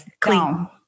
clean